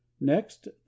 next